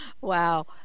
Wow